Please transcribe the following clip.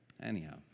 Anyhow